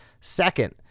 Second